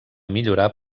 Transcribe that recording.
millorar